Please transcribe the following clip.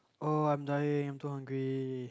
oh I'm dying I'm too hungry